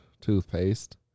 toothpaste